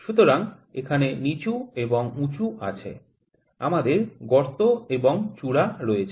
সুতরাং এখানে নিচু এবং উঁচু আছে আমাদের গর্ত এবং চূড়া রয়েছে